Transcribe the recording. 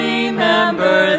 Remember